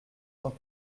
cent